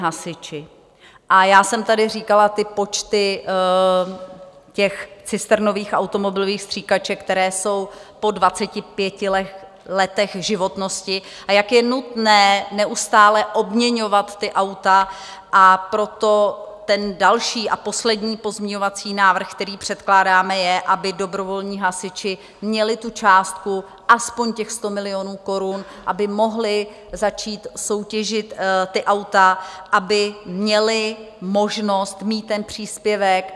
A já jsem tady říkala ty počty těch cisternových automobilových stříkaček, které jsou po 25 letech životnosti, a jak je nutné neustále obměňovat ta auta, a proto ten další a poslední pozměňovací návrh, který předkládáme, je, aby dobrovolní hasiči měli tu částku aspoň těch 100 milionů korun, aby mohli začít soutěžit ta auta, aby měli možnost mít ten příspěvek.